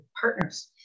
partners